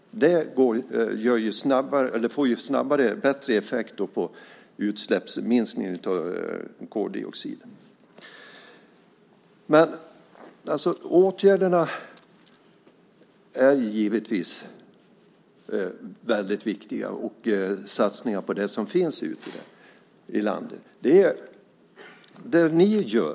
Det får bättre effekt på minskningen av utsläppen av koldioxid. Åtgärderna och satsningarna på det som finns i landet är givetvis väldigt viktiga.